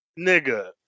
Nigga